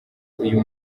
uyu